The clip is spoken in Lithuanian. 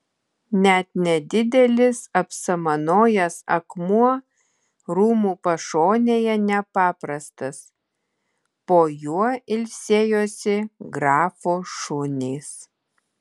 net nedidelis apsamanojęs akmuo rūmų pašonėje nepaprastas po juo ilsėjosi grafo šunys